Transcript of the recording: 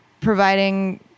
providing